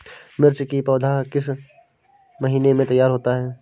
मिर्च की पौधा किस महीने में तैयार होता है?